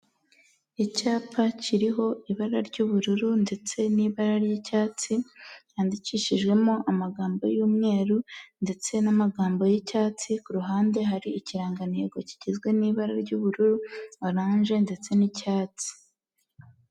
Icyapa kiriho ibara ry'ubururu ndetse n'ibara ry'icyatsi, handikishijwemo amagambo y'umweru ndetse n'amagambo y'icyatsi, ku ruhande hari ikirangantego kigizwe n'ibara ry'ubururu, orange ndetse n'icyatsi.